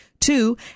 Two